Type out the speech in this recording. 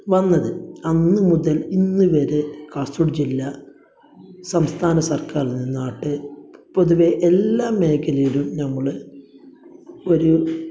വന്നത് അന്ന് മുതൽ ഇന്ന് വരെ കാസർഗോഡ് ജില്ല സംസ്ഥാന സർക്കാരിൽ നിന്നാകട്ടെ പൊതുവെ എല്ലാ മേഖലയിലും നമ്മള് ഒരു